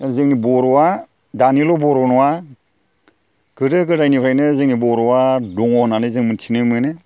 जोंनि बर'आ दानिल' बर' नङा गोदो गोदायनिफ्रायनो जोंनि बर'आ दङ होननानै जों मोन्थिनो मोनो